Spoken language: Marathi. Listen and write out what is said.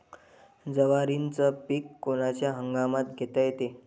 जवारीचं पीक कोनच्या हंगामात घेता येते?